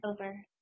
Over